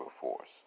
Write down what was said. force